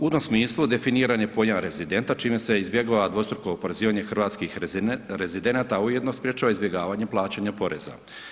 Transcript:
U tom smislu definiran je pojam rezidenta, čime se izbjegava dvostruko oporezivanje hrvatskih rezidenata, a ujedno sprječava izbjegavanje plaćanja poreza.